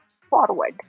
forward